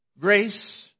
Grace